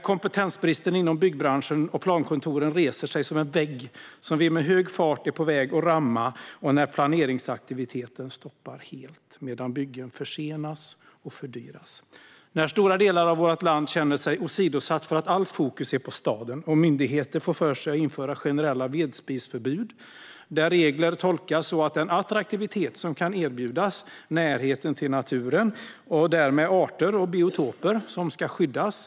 Kompetensbristen inom byggbranschen och plankontoren reser sig som en vägg som vi med hög fart är på väg att ramma, och planeringsaktiviteten stannar helt medan byggen försenas och fördyras. Stora delar av vårt land känner sig åsidosatta för att allt fokus ligger på staden. Myndigheter får för sig att införa generella vedspisförbud. Regler tolkas så att de eliminerar den attraktivitet som kan erbjudas, nämligen närheten till naturen och därmed till arter och biotoper - som ska skyddas.